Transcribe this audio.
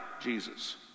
Jesus